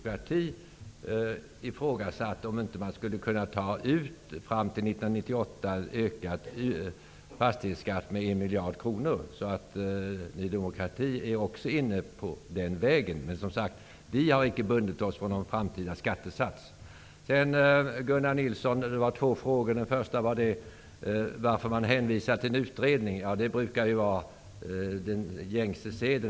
Herr talman! Jag börjar med det sista. Även Ny demokrati har ju ifrågasatt om det inte går att fram till 1998 ta ut en höjd fastighetsskatt. Totalt rör det sig om en ökning med 1 miljard kronor. Även Ny demokrati är alltså inne på den linjen. Men vi har, som sagt, icke bundit oss för någon framtida skattesats. Gunnar Nilsson hade två frågor. Han frågade varför man hänvisar till en utredning. Ja, det är gängse sed.